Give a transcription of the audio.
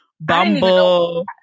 Bumble